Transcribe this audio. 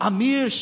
Amir